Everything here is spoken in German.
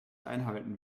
einhalten